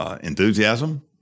enthusiasm